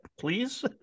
please